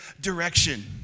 direction